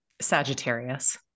Sagittarius